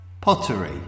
Pottery